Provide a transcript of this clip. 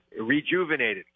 rejuvenated